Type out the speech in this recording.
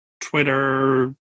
twitter